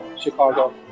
Chicago